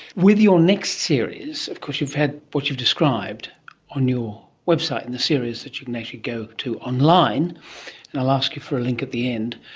with your next series, of course you've had what you've described on your website and the series that you can actually go to online, and i'll ask you for a link at the end,